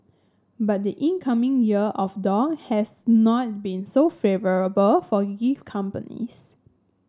but the incoming Year of Dog has not been so favourable for gift companies